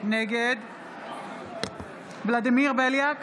נגד ולדימיר בליאק,